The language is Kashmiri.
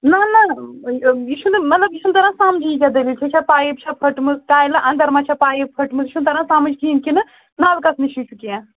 ںہَ نہَ یہِ چھُنہٕ مطلب یہِ چھُنہٕ تران سمجھٕے یہِ کیٛاہ دٔلیٖل چھِ یہِ چھا پایِپ چھا پھٔٹمٕژ ٹایِلہٕ انٛدر ما چھِ پایِپ پھٔٹمٕژ یہِ چھُنہٕ تران سمجھ کِہیٖنٛۍ کِنہٕ نَلکٕس نِشی چھُ کیٚنٛہہ